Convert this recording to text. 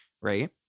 right